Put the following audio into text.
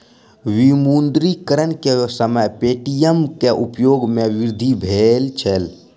विमुद्रीकरण के समय पे.टी.एम के उपयोग में वृद्धि भेल छल